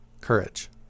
courage